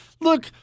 look